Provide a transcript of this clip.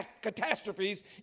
catastrophes